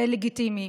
זה לגיטימי,